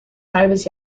halbes